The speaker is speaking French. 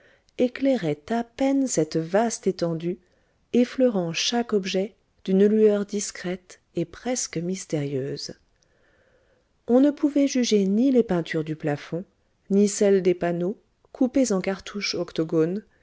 éclairait à peine cette vaste étendue effleurant chaque objet d'une lueur discrète et presque mystérieuse on ne pouvait juger ni les peintures du plafond ni celles des panneaux coupés en cartouches octogones